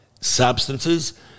substances